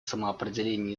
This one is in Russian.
самоопределение